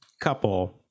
couple